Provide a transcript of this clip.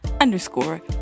underscore